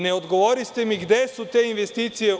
Ne odgovoriste mi gde su te investicije.